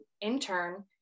intern